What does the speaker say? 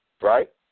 right